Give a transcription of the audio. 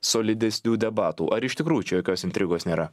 solidesnių debatų ar iš tikrųjų čia jokios intrigos nėra